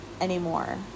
anymore